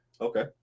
Okay